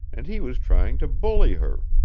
and he was trying to bully her.